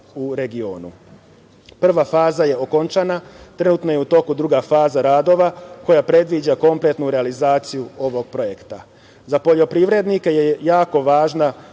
u regionu. Prva faza je okončana, trenutno je u toku druga faza radova koja predviđa kompletnu realizaciju ovog projekta. Za poljoprivrednika je jako važna